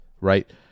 right